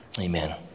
amen